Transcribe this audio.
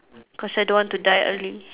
cause I don't want to die early